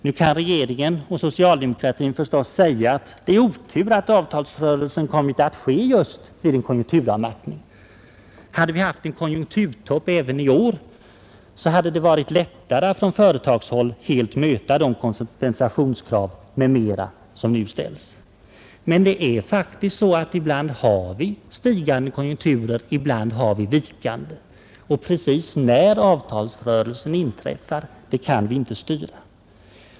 Nu kan regeringen och socialdemokratin säga att det är otur att avtalsrörelsen kommit just vid en konjunkturavmattning. Hade vi haft en konjunkturtopp även i år, hade det varit lättare att från företagshåll helt möta de kompensationskrav m.m. som ställs. Men det är faktiskt så, att ibland har vi stigande konjunkturer, ibland vikande. Precis när avtalsrörelsen skall inträffa kan vi inte styra.